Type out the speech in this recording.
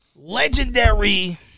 Legendary